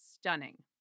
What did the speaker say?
stunning